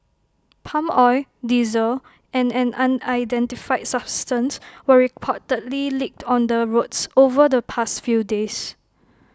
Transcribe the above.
palm oil diesel and an unidentified substance were reportedly leaked on the roads over the past few days